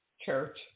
church